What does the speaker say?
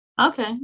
okay